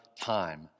time